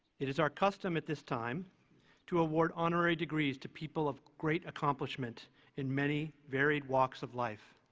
it is our custom at this time to award honorary degrees to people of great accomplishment in many varied walks of life.